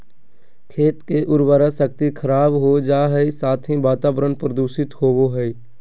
खेत के उर्वरा शक्ति खराब हो जा हइ, साथ ही वातावरण प्रदूषित होबो हइ